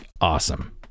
awesome